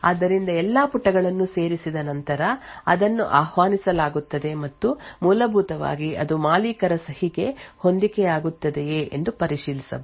ಆದ್ದರಿಂದ ಎಲ್ಲಾ ಪುಟಗಳನ್ನು ಸೇರಿಸಿದ ನಂತರ ಅದನ್ನು ಆಹ್ವಾನಿಸಲಾಗುತ್ತದೆ ಮತ್ತು ಮೂಲಭೂತವಾಗಿ ಅದು ಮಾಲೀಕರ ಸಹಿಗೆ ಹೊಂದಿಕೆಯಾಗುತ್ತದೆಯೇ ಎಂದು ಪರಿಶೀಲಿಸಬಹುದು